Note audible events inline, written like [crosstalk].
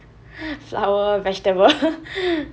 sour vegetable [laughs]